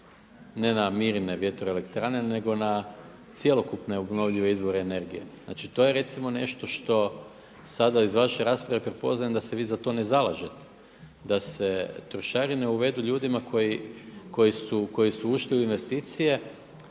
ne na Mirine vjetroelektrane nego na cjelokupne obnovljive izvore energije. Znači to je recimo nešto što sada iz vaše rasprave prepoznajem da se vi za to ne zalažete, da se trošarine uvedu ljudima koji su ušli u investicije